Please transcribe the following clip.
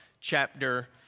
chapter